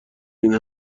این